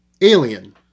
Alien